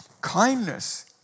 kindness